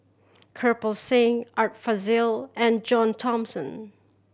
Kirpal Singh Art Fazil and John Thomson